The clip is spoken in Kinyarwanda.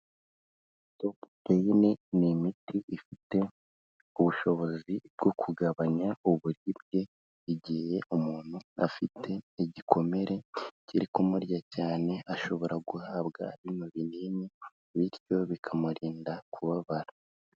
Sitopupeyini ni imiti ifite ubushobozi bwo kugabanya uburibwe igihe umuntu afite igikomere kiri kumurya cyane, ashobora guhabwa bino binini bityo bikamurinda kubabara.